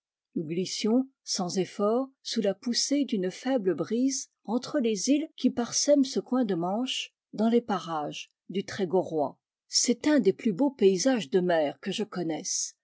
nous glissions sans effort sous la poussée d'une faible brise entre les îles qui parsèment ce coin de manche dans les parages du trégorois c'est un des plus beaux paysages de mer que je connaisse